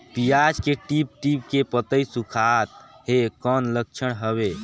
पियाज के टीप टीप के पतई सुखात हे कौन लक्षण हवे?